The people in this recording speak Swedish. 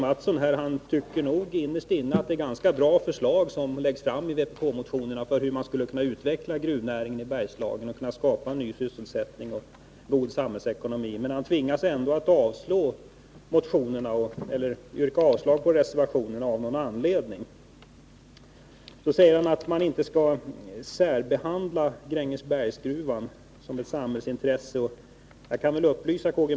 Mathsson nog innerst inne tycker att det är ganska bra förslag som läggs fram i vpk-motionen beträffande hur man skulle kunna utveckla gruvnäringen i Bergslagen och skapa ny sysselsättning och en god samhällsekonomi. Men han tvingas ändå av någon anledning att yrka avslag på reservationerna. Han säger att vi inte skall särbehandla Grängesbergsgruvan som ett samhällsintresse. Jag kan upplysa K.-G.